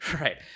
right